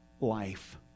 life